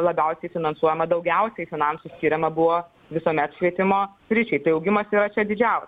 labiausiai finansuojama daugiausiai finansų skiriama buvo visuomet švietimo sričiai tai augimas yra čia didžiausia